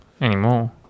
Anymore